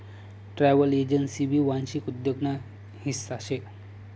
travel agency भी वांशिक उद्योग ना हिस्सा शे